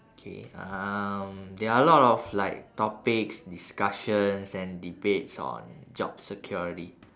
K um there are a lot of topics discussions and debates on job security